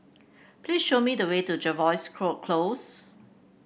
please show me the way to Jervois Close